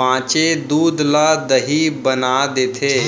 बॉंचे दूद ल दही बना देथे